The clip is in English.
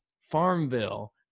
Farmville